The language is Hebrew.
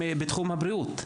בתחום הבריאות.